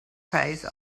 phase